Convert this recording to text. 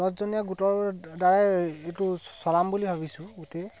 দহজনীয়া গোটৰ দ্বাৰাই এইটো চলাম বুলি ভাবিছোঁ গোটেই